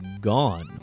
gone